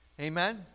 Amen